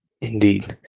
Indeed